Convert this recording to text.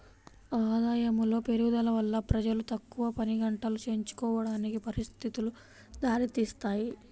ఆదాయములో పెరుగుదల వల్ల ప్రజలు తక్కువ పనిగంటలు ఎంచుకోవడానికి పరిస్థితులు దారితీస్తాయి